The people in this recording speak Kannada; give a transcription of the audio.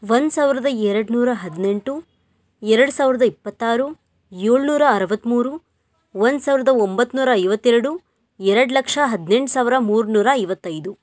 ಒಂದು ಸಾವಿರದ ಎರಡು ನೂರ ಹದಿನೆಂಟು ಎರಡು ಸಾವಿರದ ಇಪತ್ತಾರು ಏಳ್ನೂರ ಅರವತ್ತ್ಮೂರು ಒಂದು ಸಾವಿರದ ಒಂಬತ್ನೂರ ಐವತ್ತೆರಡು ಎರಡು ಲಕ್ಷ ಹದಿನೆಂಟು ಸಾವಿರ ಮೂರು ನೂರ ಐವತ್ತೈದು